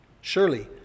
Surely